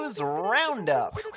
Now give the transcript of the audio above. roundup